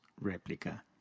replica